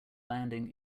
landing